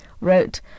wrote